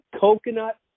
coconut